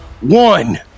One